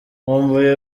nkumbuye